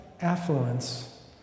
affluence